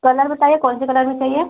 colour बताइए कौन से कलर में चाहिए